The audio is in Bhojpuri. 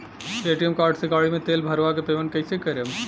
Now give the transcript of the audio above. ए.टी.एम कार्ड से गाड़ी मे तेल भरवा के पेमेंट कैसे करेम?